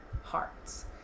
hearts